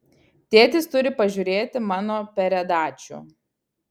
tėtis turi pažiūrėti mano peredačių